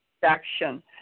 section